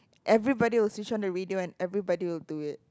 everybody will switch on the radio and everybody will do it